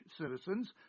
citizens